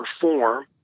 perform